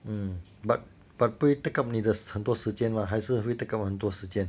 mm but but 不会 take up 你的很多时间吗还是会 take up 很多时间